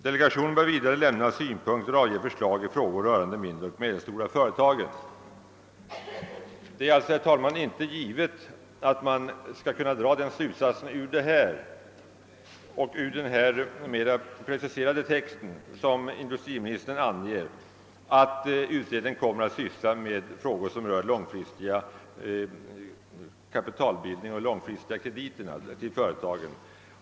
Delegationen bör vidare lämna synpunkter och avge förslag i frågor rörande de mindre och medelstora företagen.» Det är alltså, herr talman, inte givet att man av denna mer preciserade text kan dra slutsatsen att utredningen kommer att syssla med frågor som rör långfristig kapitalbildning och långfristiga krediter till företagen.